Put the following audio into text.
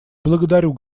благодарю